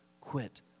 quit